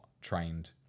trained